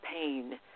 pain